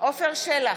עפר שלח,